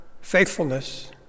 faithfulness